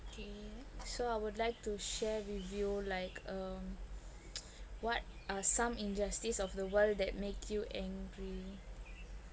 okay so I would like to share with you like um what are some injustice of the world that make you angry